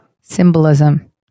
Symbolism